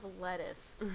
lettuce